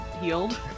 healed